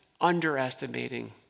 underestimating